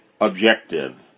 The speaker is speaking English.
objective